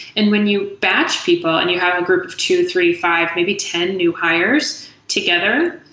and when you batch people and you have a group of two, three, five, maybe ten new hires together,